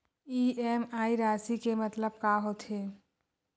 EMI राशि के मतलब का होथे?